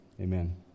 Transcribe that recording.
amen